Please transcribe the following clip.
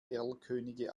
erlkönige